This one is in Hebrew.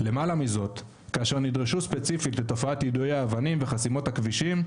למעלה מזאת כאשר נדרשו ספציפית לתופעת יידוי האבנים וחסימות הכבישים,